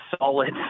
solid